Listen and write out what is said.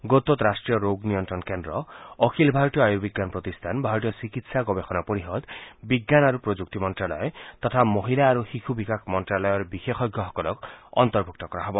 গোটটোত ৰাষ্ট্ৰীয় ৰোগ নিয়ন্ত্ৰণ কেন্দ্ৰ অখিল ভাৰতীয় আয়ুৰ্বিজ্ঞান প্ৰতিষ্ঠান ভাৰতীয় চিকিৎসা গৱেষণা পৰিষদ বিজ্ঞান আৰু প্ৰযুক্তি মন্তালয় তথা মহিলা আৰু শিশু বিকাশ মন্তালয় বিশেষজ্ঞসকলক অন্তৰ্ভুক্ত কৰা হ'ব